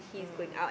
mm